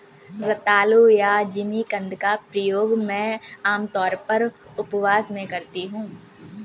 रतालू या जिमीकंद का प्रयोग मैं आमतौर पर उपवास में करती हूँ